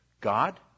God